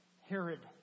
Herod